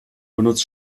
benutzt